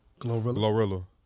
Glorilla